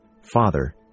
Father